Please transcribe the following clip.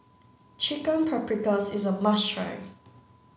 Chicken Paprikas is a must try